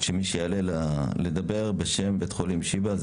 שמי שיעלה לדבר בשם בית החולים שיבא,